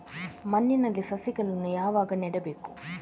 ಮಣ್ಣಿನಲ್ಲಿ ಸಸಿಗಳನ್ನು ಯಾವಾಗ ನೆಡಬೇಕು?